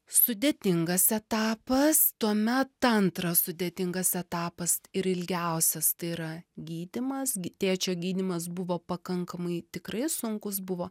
sudėtingas etapas tuomet antras sudėtingas etapas ir ilgiausias tai yra gydymas gi tėčio gydymas buvo pakankamai tikrai sunkus buvo